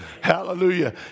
Hallelujah